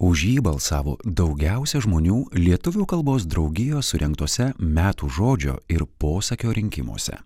už jį balsavo daugiausia žmonių lietuvių kalbos draugijos surengtuose metų žodžio ir posakio rinkimuose